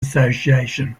association